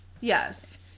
Yes